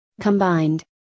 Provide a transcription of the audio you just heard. Combined